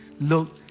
look